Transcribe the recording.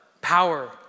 Power